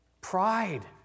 pride